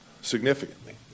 significantly